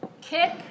Kick